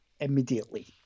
immediately